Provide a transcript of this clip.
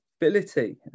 ability